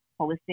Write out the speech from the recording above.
holistic